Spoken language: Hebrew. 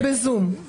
זה בזום.